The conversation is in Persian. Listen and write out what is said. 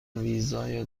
ویزای